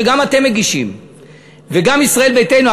שגם אתם מגישים וגם ישראל ביתנו,